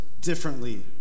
differently